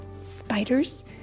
spiders